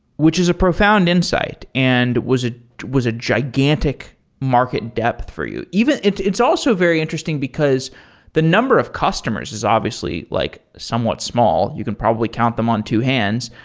which is a profound insight and was ah was a gigantic market depth for you it's it's also very interesting, because the number of customers is obviously like somewhat small. you can probably count them on two hands.